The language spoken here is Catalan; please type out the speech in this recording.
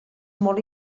molt